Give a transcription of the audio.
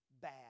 bad